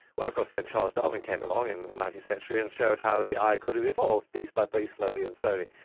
well, of course, then charles darwin came along in the nineteenth century and showed how the eye could have evolved piece by piece, slowly and slowly,